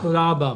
תודה רבה.